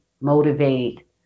motivate